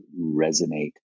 resonate